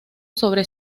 sobre